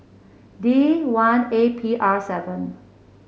D one A P R seven